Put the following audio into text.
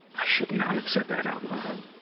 i should not have said that out loud.